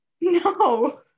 No